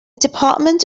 department